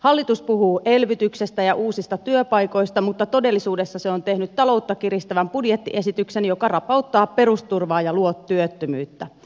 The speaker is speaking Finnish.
hallitus puhuu elvytyksestä ja uusista työpaikoista mutta todellisuudessa se on tehnyt taloutta kiristävän budjettiesityksen joka rapauttaa perusturvaa ja luo työttömyyttä